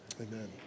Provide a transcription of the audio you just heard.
amen